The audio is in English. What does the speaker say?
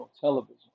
television